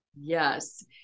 Yes